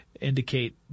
indicate